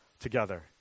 together